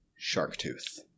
Sharktooth